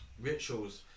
Rituals